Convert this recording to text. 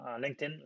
LinkedIn